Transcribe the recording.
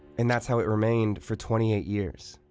and that's how it remained for twenty eight years.